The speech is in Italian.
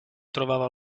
trovava